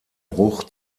bruch